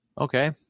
Okay